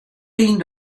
lyn